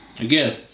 Again